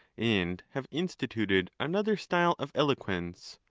and have instituted another style of eloquence.